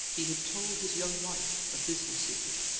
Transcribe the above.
he had told his young wife a business secret.